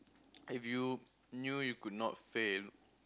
if you knew you could not fail